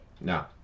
No